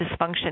dysfunction